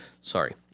Sorry